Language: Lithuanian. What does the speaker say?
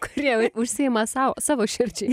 kurie užsiima sau savo širdžiai